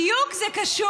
זה בדיוק קשור.